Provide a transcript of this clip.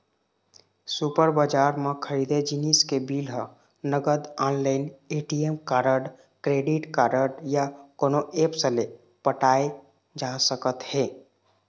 super बजार म खरीदे जिनिस के बिल ह नगद, online, ATM card, credit card या कोनो ऐप्स ले पटाए जा सकत हे